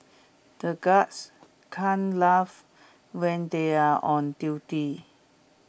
the guards can't laugh when they are on duty